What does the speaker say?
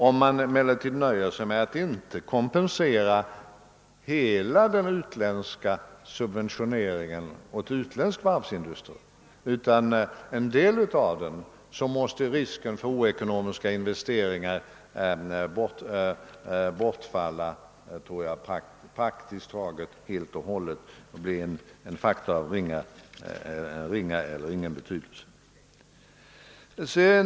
Om man emellertid nöjer sig med att inte kompensera hela den utländska subventioneringen till utländsk varvsindustri utan bara en del av den, måste risken för oekonomiska investeringar enligt min mening bortfalla praktiskt taget helt och hållet och bli en faktor av ringa eller ingen betydelse.